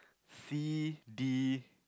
C D